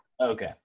Okay